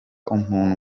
umuntu